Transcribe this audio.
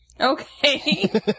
Okay